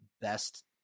best